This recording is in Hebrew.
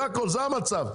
זה הכל, זה המצב.